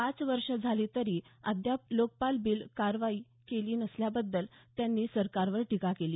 पाच वर्ष झाली तरी अद्याप लोकपालवर कारवाई केली नसल्याबद्दल त्यांनी सरकारवर टीका केली